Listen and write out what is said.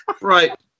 Right